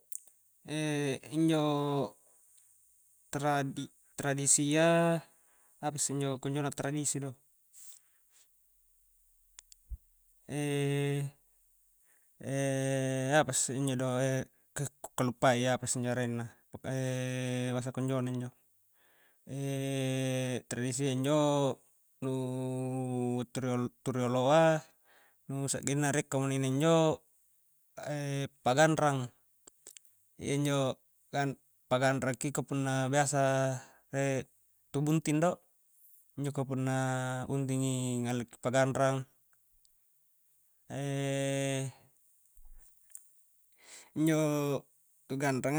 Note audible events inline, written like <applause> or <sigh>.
<hesitation> injo tradi-tradisia apa isse injo konjo na tradisi do, <hesitation> <hesitation> apa isse injo do <hesitation> ka-kukallupai apasse injo arenna <hesitation> bahasa konjo na injo, <hesitation> tradisia injo nu turi-turioloa nu sa'genna rie kamuninna injo <hesitation> pa ganrang, iya injo pa-paganrang ki ka punna biasa rie tu bunting do injo ka punna buntingi ngalle ki paganrang <hesitation> injo tu'ganrang a